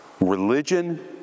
Religion